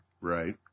Right